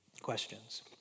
questions